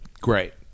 great